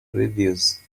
reviews